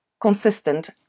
Consistent